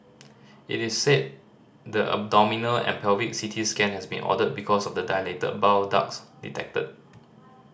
it is said the abdominal and pelvic C T scan has been ordered because of the dilated bile ducts detected